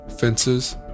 fences